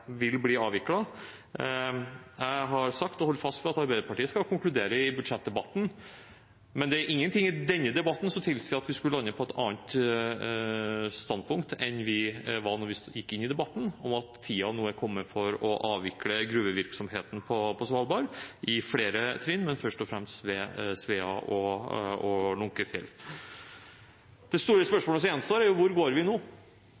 bli avviklet. Jeg har sagt, og holder fast ved, at Arbeiderpartiet skal konkludere i budsjettdebatten, men det er ingenting i denne debatten som tilsier at vi skulle lande på et annet standpunkt enn vi hadde da vi gikk inn i debatten, om at tiden nå er kommet for å avvikle gruvevirksomheten på Svalbard – i flere trinn, men først og fremst ved Svea og Lunckefjell. Det store spørsmålet som gjenstår, er: Hvor går vi nå?